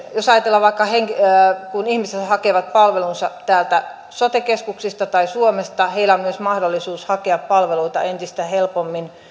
jos ajatellaan vaikka että kun ihmiset hakevat palvelunsa täältä sote keskuksista tai suomesta niin heillä on myös mahdollisuus hakea palveluita entistä helpommin